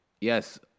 Yes